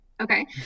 Okay